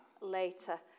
later